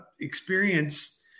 experience